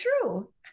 true